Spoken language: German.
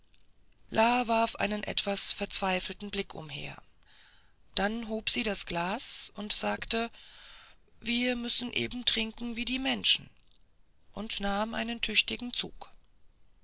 warf einen etwas verzweifelten blick umher dann hob sie das glas und sagte wir müssen eben trinken wie die menschen und sie nahm einen tüchtigen zug